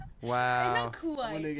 wow